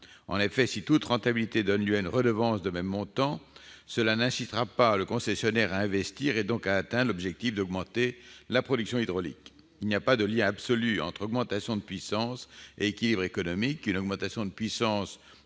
rentable. Si toute rentabilité donne lieu à une redevance de même montant, cela n'incitera pas le concessionnaire à investir, donc à atteindre l'objectif d'augmenter la production hydraulique. Il n'y a pas de lien absolu entre augmentation de puissance et équilibre économique. Une augmentation de puissance